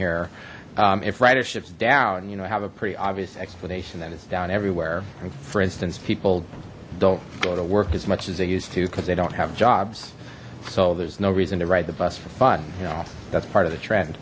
ships down you know have a pretty obvious explanation that it's down everywhere and for instance people don't go to work as much as they used to because they don't have jobs so there's no reason to ride the bus for fun you know that's part of the trend